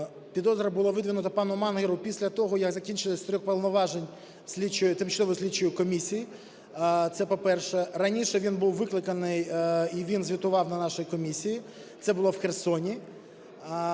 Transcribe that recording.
Підозра булавидвинута пану Мангеру після того, як закінчився строк повноважень тимчасової слідчої комісії. Це по-перше. Раніше він був викликаний і він звітував на нашій комісії. Це було в Херсоні.